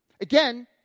Again